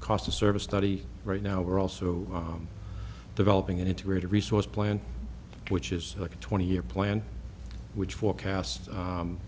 cost of service study right now we're also developing an integrated resource plan which is like a twenty year plan which forecast